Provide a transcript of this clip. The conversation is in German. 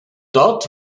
dort